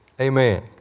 Amen